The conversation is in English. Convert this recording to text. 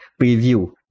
preview